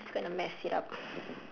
just gonna mess it up